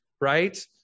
right